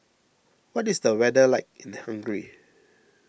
what is the weather like in Hungary